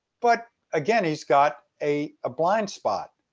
but again, he's got a ah blind spot.